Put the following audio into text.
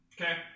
Okay